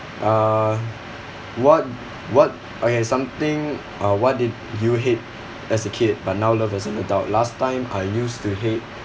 uh what what okay something uh what did you hate as a kid but now love as an adult last time I used to hate